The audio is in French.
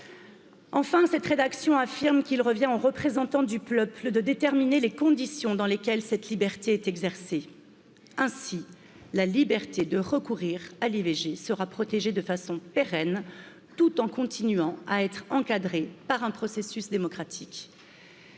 Enfin, cette rédaction affirme qu'il revient aux représentants du peuple de déterminer les conditions dans lesquelles cette liberté est exercée. Ainsi, la liberté de recourir à l'i Vg sera protégée de façon pérenne tout en continuant à être encadrée par un processus démocratique.